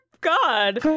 God